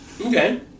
okay